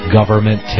Government